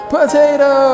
Potato